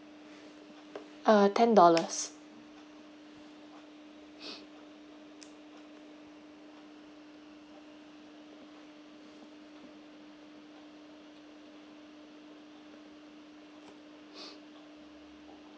uh ten dollars